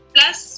Plus